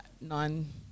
nine